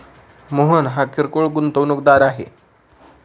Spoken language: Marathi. मोहन हा किरकोळ गुंतवणूकदार आहे